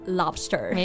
lobster